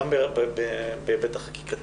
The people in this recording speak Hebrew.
גם בהיבט החקיקתי.